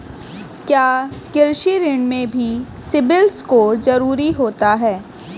क्या कृषि ऋण में भी सिबिल स्कोर जरूरी होता है?